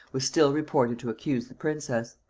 was still reported to accuse the princess.